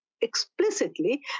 explicitly